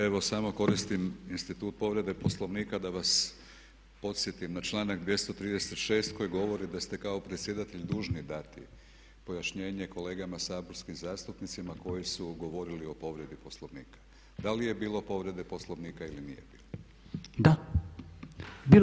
Evo samo koristim institut povrede Poslovnika da vas podsjetim na članak 236. koji govori da ste kao predsjedatelj dužni dati pojašnjenje kolegama saborskim zastupnicima koji su govorili o povredi Poslovnika, da li je bilo povrede Poslovnika ili nije bilo?